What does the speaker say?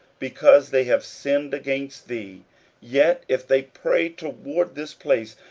because they have sinned against thee yet if they pray toward this place,